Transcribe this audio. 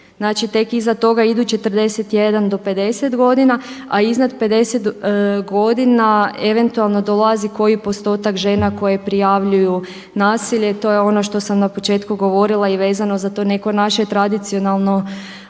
tek iza toga idu 41 do 50 godina, a iznad 50 godina eventualno dolazi koji postotak žena koje prijavljuju nasilje. To je ono što sam na početku govorila i vezano za to neko naše tradicionalan